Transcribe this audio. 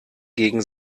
gegen